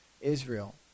Israel